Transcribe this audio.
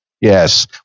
Yes